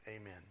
amen